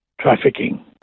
trafficking